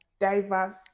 diverse